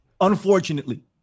Unfortunately